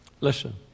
Listen